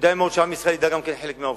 כדאי מאוד שעם ישראל ידע גם כן חלק מהעובדות.